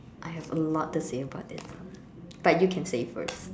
I have a lot to say about this but you can say first